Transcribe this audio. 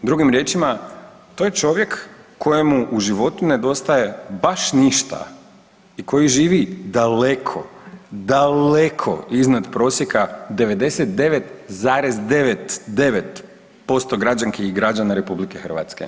Drugim riječima to je čovjek kojemu u životu nedostaje baš ništa i koji živi daleko, daleko iznad prosjeka 99,99% građanki i građana RH.